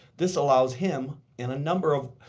this allows him and a number of